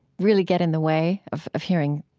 really get in the way of of hearing